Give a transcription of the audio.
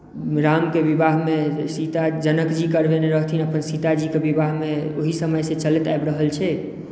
रामके विवाहमे सीता जनकजी करबेने रहथिन अपन सीताजीके विवाहमे ओहि समयसँ चलैत आबि रहल छै